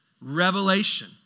revelation